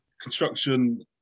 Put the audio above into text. construction